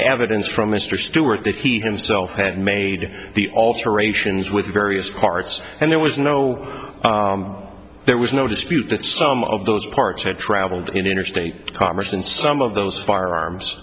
evidence from mr stewart that he himself had made the alterations with various parts and there was no there was no dispute that some of those parts had traveled in interstate commerce and some of those firearms